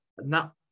Now